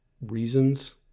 reasons